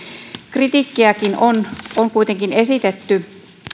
kritiikkiäkin on on kuitenkin esitetty